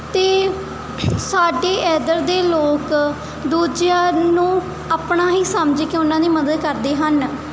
ਅਤੇ ਸਾਡੇ ਇੱਧਰ ਦੇ ਲੋਕ ਦੂਜਿਆਂ ਨੂੰ ਆਪਣਾ ਹੀ ਸਮਝ ਕੇ ਉਹਨਾਂ ਦੀ ਮਦਦ ਕਰਦੇ ਹਨ